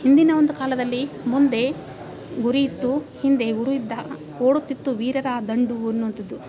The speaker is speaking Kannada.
ಹಿಂದಿನ ಒಂದು ಕಾಲದಲ್ಲಿ ಮುಂದೆ ಗುರಿ ಇತ್ತು ಹಿಂದೆ ಗುರು ಇದ್ದ ಓಡುತ್ತಿತ್ತು ವೀರರ ದಂಡು ಅನ್ನುವಂಥದ್ದು